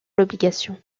l’obligation